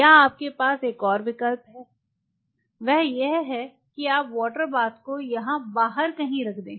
या आपके पास एक और विकल्प है वह यह है कि आप वाटर बाथ को यहाँ बाहर कहीं रख दें